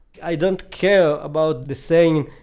i don't care about the saying,